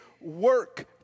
work